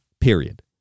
period